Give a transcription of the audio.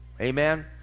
Amen